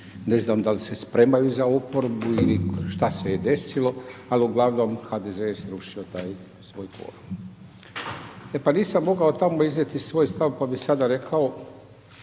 Ne znam da li se spremaju za oporbu i šta se je desilo, ali uglavnom HDZ je srušio taj svoj kvorum. E pa nisam mogao tamo iznijeti svoj stav pa bih sada rekao,